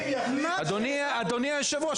אדוני היושב ראש,